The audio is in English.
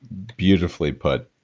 beautifully put,